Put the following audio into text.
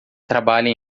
trabalha